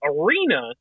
Arena